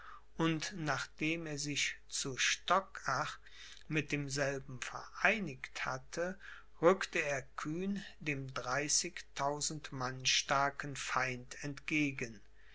und nachdem er sich zu stockach mit demselben vereinigt hatte rückte er kühn dem dreißigtausend mann starken feind entgegen